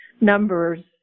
numbers